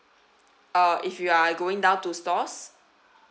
uh if you are going down to stores